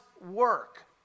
work